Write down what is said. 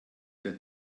der